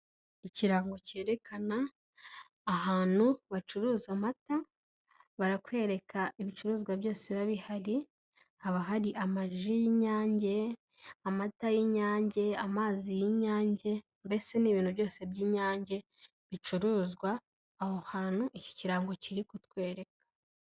Ikirango cyerekana ahantu bacuruza amata, barakwereka ibicuruzwa byose biba bihari, haba hari amaji y'Inyange, amata y'Inyange, amazi y'Inyange, mbese n'ibintu byose by'inyange bicuruzwa aho hantu iki kirango kiri kutwereka.